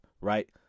right